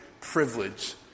privilege